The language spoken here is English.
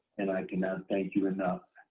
and i cannot thank you enough.